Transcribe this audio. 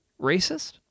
racist